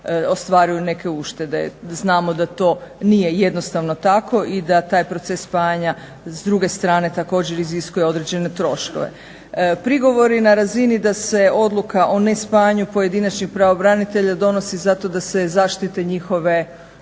ostvaruju neke uštede. Znamo da to nije jednostavno tako i da taj proces spajanja s druge strane također iziskuje određene troškove. Prigovori na razini da se odluka o nespajanju pojedinačnih pravobranitelja donosi zato da se zaštite njihovi